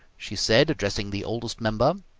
she said, addressing the oldest member.